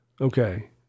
Okay